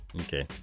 Okay